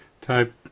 type